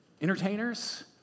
entertainers